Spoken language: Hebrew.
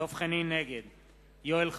יואל חסון,